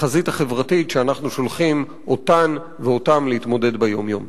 בחזית החברתית שאנחנו שולחים אותם ואותן להתמודד בה יום יום.